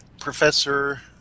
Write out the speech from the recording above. Professor